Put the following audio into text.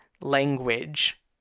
language